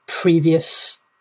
previous